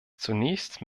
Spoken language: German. zunächst